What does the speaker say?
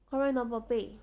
correct not 宝贝